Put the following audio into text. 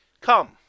come